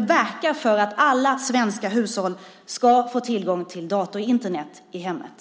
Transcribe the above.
verka för att alla svenska hushåll ska få tillgång till dator och Internet i hemmet?